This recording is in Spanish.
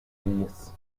niñez